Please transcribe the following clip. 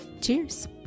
Cheers